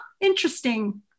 interesting